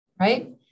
right